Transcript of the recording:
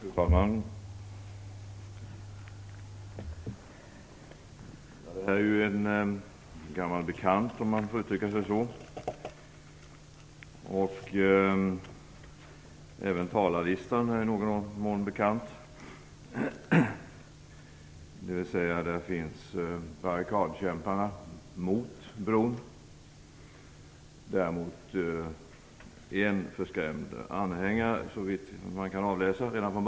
Fru talman! Detta ärende är en gammal bekantskap - om jag får uttrycka mig så. Även talarlistan är i någon mån bekant. Där finns de som kämpar på barrikaderna mot bron. Däremot finns det, såvitt jag kan se redan från början, bara en förskrämd anhängare.